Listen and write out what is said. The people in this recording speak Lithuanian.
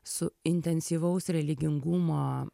su intensyvaus religingumo